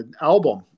album